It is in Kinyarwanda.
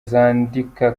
zandika